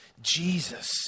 jesus